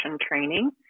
training